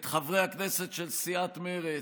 את חברי הכנסת של סיעת מרצ,